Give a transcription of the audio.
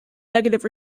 negative